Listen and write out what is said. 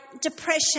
depression